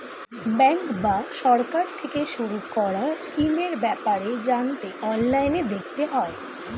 bank বা সরকার থেকে শুরু করা স্কিমের ব্যাপারে জানতে অনলাইনে দেখতে হয়